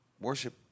worship